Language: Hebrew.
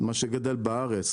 מה שגדל בארץ,